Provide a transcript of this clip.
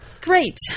Great